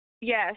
Yes